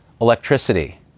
electricity